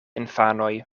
infanoj